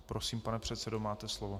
Prosím, pane předsedo, máte slovo.